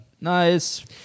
Nice